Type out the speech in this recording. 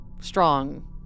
strong